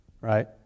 Right